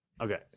Okay